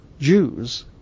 jews